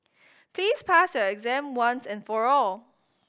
please pass your exam once and for all